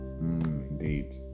indeed